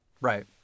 right